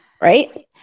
right